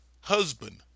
husband